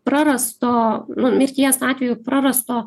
prarasto nu mirties atveju prarasto